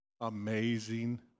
amazing